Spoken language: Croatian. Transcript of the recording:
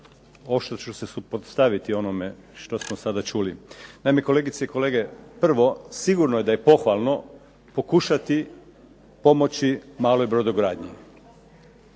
što ću se suprotstaviti onome što smo sada čuli. Naime, kolegice i kolege, prvo sigurno je da je pohvalno pokušati pomoći maloj brodogradnji.